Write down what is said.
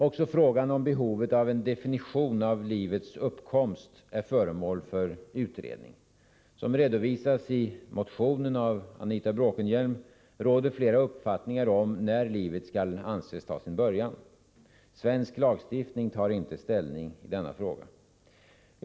Också frågan om behovet av en definition av livets uppkomst är föremål för utredning. Som redovisas i motionen av Anita Bråkenhielm råder flera uppfattningar om när livet skall anses ta sin början. Svensk lagstiftning tar inte ställning i denna fråga.